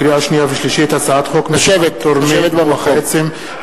לקריאה שנייה ולקריאה שלישית: הצעת חוק מרשם תורמי מוח עצם,